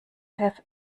have